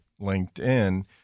LinkedIn